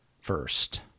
first